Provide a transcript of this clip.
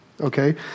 okay